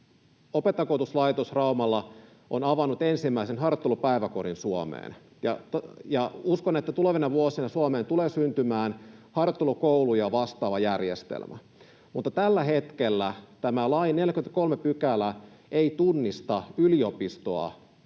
Opettajakoulutuslaitos Raumalla on avannut ensimmäisen harjoittelupäiväkodin Suomeen, ja uskon, että tulevina vuosina Suomeen tulee syntymään harjoittelukouluja vastaava järjestelmä, mutta tällä hetkellä tämä lain 43 § ei tunnista yliopistoa